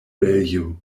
value